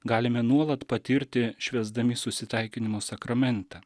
galime nuolat patirti švęsdami susitaikinimo sakramentą